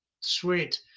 Sweet